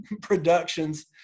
productions